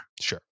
Sure